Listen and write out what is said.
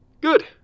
Good